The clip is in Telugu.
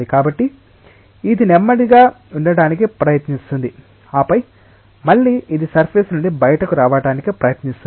కాబట్టి ఇది నెమ్మదిగా ఉండటానికి ప్రయత్నిస్తుంది ఆపై మళ్ళీ ఇది సర్ఫేస్ నుండి బయటకు రావడానికి ప్రయత్నిస్తుంది